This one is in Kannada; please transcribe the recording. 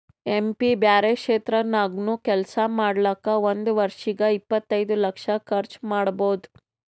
ಎಂ ಪಿ ಬ್ಯಾರೆ ಕ್ಷೇತ್ರ ನಾಗ್ನು ಕೆಲ್ಸಾ ಮಾಡ್ಲಾಕ್ ಒಂದ್ ವರ್ಷಿಗ್ ಇಪ್ಪತೈದು ಲಕ್ಷ ಕರ್ಚ್ ಮಾಡ್ಬೋದ್